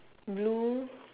blue